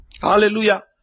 hallelujah